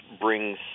brings